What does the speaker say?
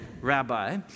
rabbi